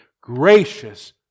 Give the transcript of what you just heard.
gracious